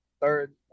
third